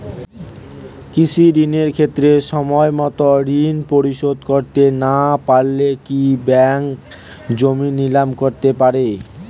কৃষিঋণের ক্ষেত্রে সময়মত ঋণ পরিশোধ করতে না পারলে কি ব্যাঙ্ক জমি নিলাম করতে পারে?